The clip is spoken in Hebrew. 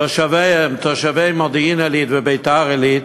תושביהם, תושבי מודיעין-עילית וביתר-עילית,